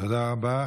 תודה רבה.